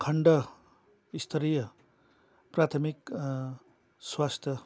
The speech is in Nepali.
खन्डस्तरीय प्राथमिक स्वास्थ्य